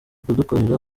kudukorera